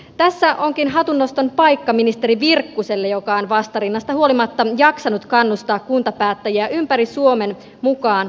tässä onkin hatunnoston paikka ministeri virkkuselle joka on vastarinnasta huolimatta jaksanut kannustaa kuntapäättäjiä ympäri suomen mukaan kuntarakennetalkoisiin